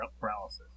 paralysis